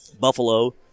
buffalo